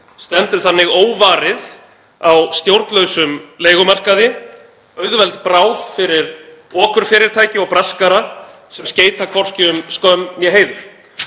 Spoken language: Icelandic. stendur þannig óvarið á stjórnlausum leigumarkaði, auðveld bráð fyrir okurfyrirtæki og braskara sem skeyta hvorki um skömm né heiður.